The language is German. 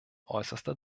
äußerster